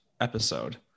episode